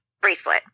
bracelet